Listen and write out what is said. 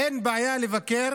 אין בעיה לבקר